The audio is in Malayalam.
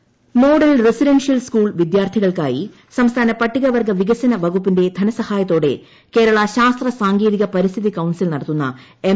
എസ് ശാസ്ത്രമേള മോഡൽ റസിഡൻഷ്യൽ സ്കൂൾ വിദ്യാർത്ഥികൾക്കായി സംസ്ഥാന പട്ടിക വർഗ്ഗ വികസന വകുപ്പിന്റെ ധന സഹായത്തോടെ കേരളശാസ്ത്ര സാങ്കേതിക പരിസ്ഥിതി കൌൺസിൽ നടത്തുന്ന എം